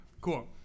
Cool